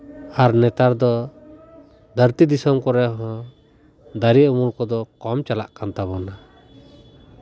ᱟᱨ ᱱᱮᱛᱟᱨ ᱫᱚ ᱫᱷᱟᱹᱨᱛᱤ ᱫᱤᱥᱚᱢ ᱠᱚᱨᱮ ᱦᱚᱸ ᱫᱟᱨᱮ ᱩᱢᱩᱞ ᱠᱚᱫᱚ ᱠᱚᱢ ᱪᱟᱞᱟᱜ ᱠᱟᱱ ᱛᱟᱵᱳᱱᱟ